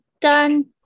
done